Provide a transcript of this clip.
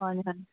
ꯍꯣꯏꯅꯦ ꯍꯣꯏꯅꯦ